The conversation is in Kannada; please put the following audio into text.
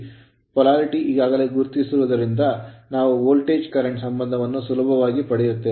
ploarity ಧ್ರುವೀಯತೆಯನ್ನು ಈಗಾಗಲೇ ಗುರುತಿಸಿರುವುದರಿಂದ ನಾವು ವೋಲ್ಟೇಜ್ ಕರೆಂಟ್ ಸಂಬಂಧವನ್ನು ಸುಲಭವಾಗಿ ಪಡೆಯುತ್ತೇವೆ